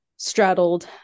Straddled